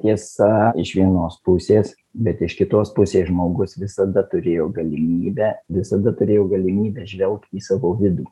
tiesa iš vienos pusės bet iš kitos pusės žmogus visada turėjo galimybę visada turėjo galimybę žvelgt į savo vidų